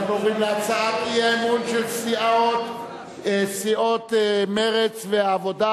אנחנו עוברים להצעת האי-האמון של סיעות מרצ והעבודה,